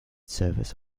service